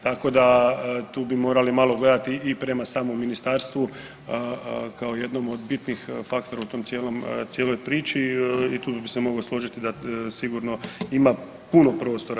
Tako da tu bi morali malo gledati i prema samom ministarstvu kao jednom od bitnih faktora u tom cijelom, cijeloj priči i tu bi se mogao složiti da sigurno ima puno prostora.